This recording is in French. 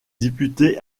députés